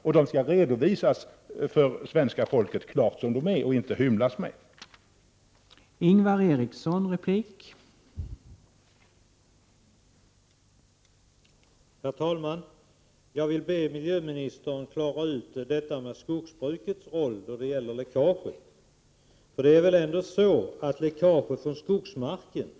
Dessa skall redovisas klart för svenska folket som de är och utan att man hymlar med dem.